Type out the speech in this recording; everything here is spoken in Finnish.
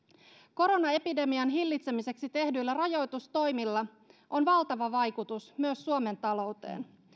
koronaepidemian hillitsemiseksi tehdyillä rajoitustoimilla on valtava vaikutus myös suomen talouteen